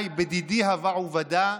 בדידי הווה עובדא,